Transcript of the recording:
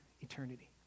eternity